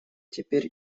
теперь